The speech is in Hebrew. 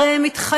הרי הם מתחננים,